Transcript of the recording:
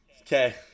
Okay